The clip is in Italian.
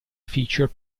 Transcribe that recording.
feature